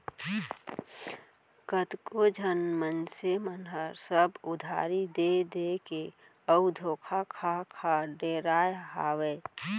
कतको झन मनसे मन ह सब उधारी देय देय के अउ धोखा खा खा डेराय हावय